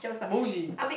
boogey